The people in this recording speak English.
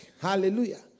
Hallelujah